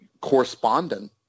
correspondent